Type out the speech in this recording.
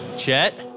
chet